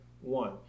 one